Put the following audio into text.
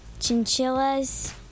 chinchillas